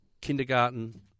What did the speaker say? kindergarten